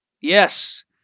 Yes